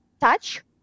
touch